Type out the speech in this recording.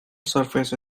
surface